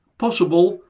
possible,